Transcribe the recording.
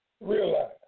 Realize